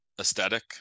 aesthetic